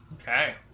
Okay